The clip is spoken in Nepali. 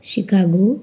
सिकागो